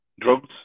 Drugs